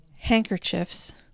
handkerchiefs